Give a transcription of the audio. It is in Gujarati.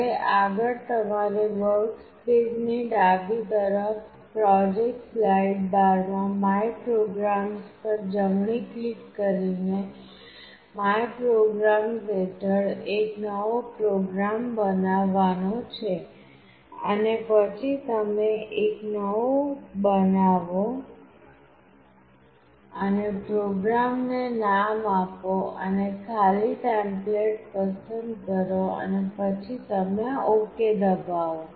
હવે આગળ તમારે વર્કસ્પેસની ડાબી તરફ પ્રોજેક્ટ સ્લાઇડ બારમાં માય પ્રોગ્રામ્સ પર જમણી ક્લિક કરીને માય પ્રોગ્રામ્સ હેઠળ એક નવો પ્રોગ્રામ બનાવવાનો છે પછી તમે એક નવો બનાવો અને પ્રોગ્રામને નામ આપો અને ખાલી ટેમ્પલેટ પસંદ કરો અને પછી તમે OK દબાવો